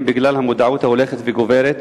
הן בגלל המודעות ההולכת וגוברת,